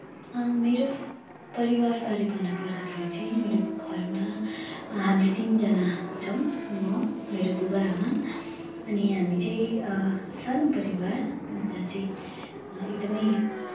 मेरो परिवारबारे भन्न पर्दाखेरि चाहिँ मेरो घरमा हामी तिनजना छौँ म मेरो बुबा आमा अनि हामी चाहिँ सानो परिवार अनि त्यहाँ चाहिँ एकदमै